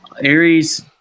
Aries